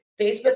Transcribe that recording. Facebook